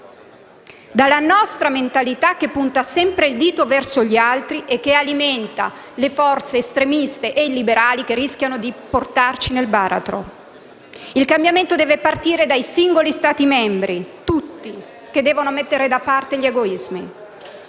dalla nostra mentalità che punta sempre il dito sempre verso gli altri e che alimenta le forze estremiste e illiberali che rischiano di portarci nel baratro. Il cambiamento deve partire dai singoli Stati membri, tutti, che devono mettere da parte gli egoismi.